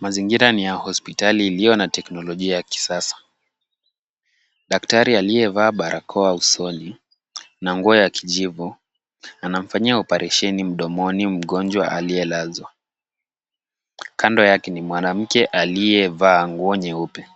Mazingira ni ya hospitali iliyo na teknolojia ya kisasa. Daktari aliyevaa barakoa usoni na nguo ya kijivu, anamfanyia operesheni, mdomoni, mgonjwa aliyelazwa. Kando yake ni mwanamke aliyevaa nguo nyeupe,